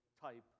type